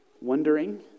wondering